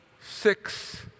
six